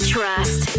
Trust